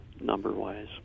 number-wise